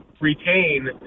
retain